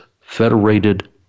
federated